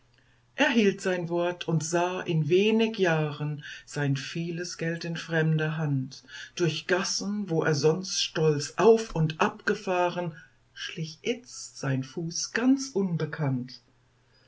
hielt sein wort und sah in wenig jahren sein vieles geld in fremder hand durch gassen wo er sonst stolz auf und ab gefahren schlich itzt sein fuß ganz unbekannt